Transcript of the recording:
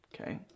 okay